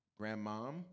grandmom